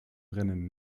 brennen